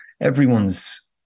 everyone's